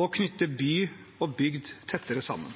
og knytte by og bygd tettere sammen.